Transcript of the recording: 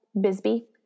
Bisbee